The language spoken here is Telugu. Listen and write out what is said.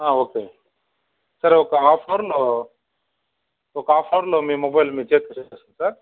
ఓకే సార్ ఒక హాఫ్ అన్ అవర్లో ఒక హాఫ్ అన్ అవర్లో మీ మొబైల్ మీ చేతికి వచ్చేస్తుంది సార్